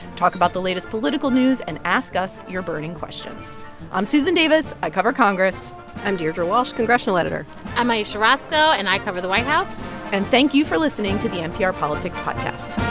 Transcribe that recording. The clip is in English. talk about the latest political news and ask us your burning questions i'm susan davis. i cover congress i'm deirdre walsh, congressional editor i'm ayesha rascoe. and i cover the white house and thank you for listening to the npr politics podcast